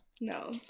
No